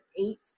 eight